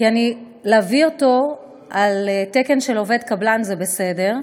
כי להביא אותו על תקן של עובד קבלן זה בסדר,